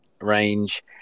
range